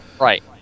Right